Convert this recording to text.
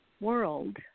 world